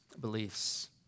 beliefs